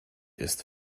ist